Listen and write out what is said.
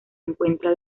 encuentra